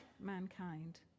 mankind